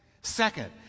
Second